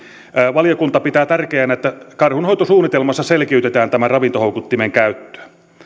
valiokunta pitää tärkeänä että karhunhoitosuunnitelmassa selkiytetään tämä ravintohoukuttimen käyttö